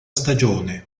stagione